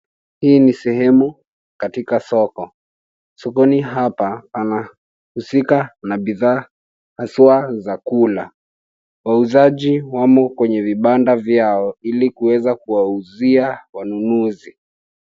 Hii ni sehemu katika soko. Sokoni hapa panahusika na bidhaa hasa za kula. Wauzaji wamo kwenye vibanda vyao ili kuweza kuwauzia wanunuzi.